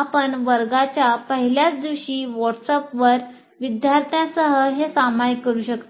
आपण वर्गाच्या पहिल्याच दिवशी व्हॉट्सअॅपवर विद्यार्थ्यांसह हे सामायिक करू शकता